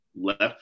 left